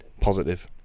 positive